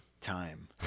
Time